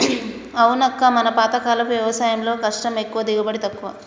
అవునక్క మన పాతకాలపు వ్యవసాయంలో కష్టం ఎక్కువ దిగుబడి తక్కువ